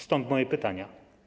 Stąd moje pytania.